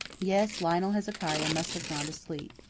yes, lionel hezekiah must have gone to sleep.